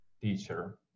teacher